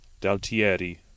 d'Altieri